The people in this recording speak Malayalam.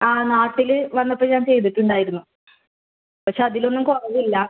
ആ നാട്ടിൽ വന്നപ്പോൾ ഞാൻ ചെയ്തിട്ടുണ്ടായിരുന്നു പക്ഷെ അതിലൊന്നും കുറവില്ല